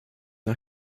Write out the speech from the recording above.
are